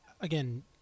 again